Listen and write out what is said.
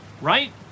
Right